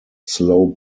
slow